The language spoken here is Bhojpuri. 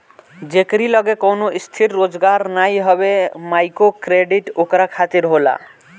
जेकरी लगे कवनो स्थिर रोजगार नाइ हवे माइक्रोक्रेडिट ओकरा खातिर होला